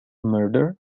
murderer